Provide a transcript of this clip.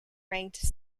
ranked